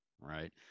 right